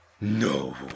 No